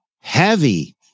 heavy